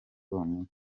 bonyine